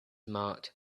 marked